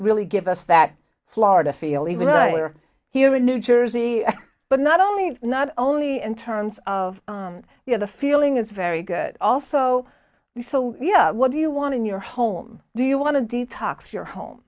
really give us that florida feel even uglier here in new jersey but not only not only in terms of you know the feeling is very good also yeah what do you want in your home do you want to detox your home